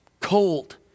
Cold